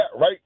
right